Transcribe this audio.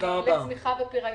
לצמיחה בפריון.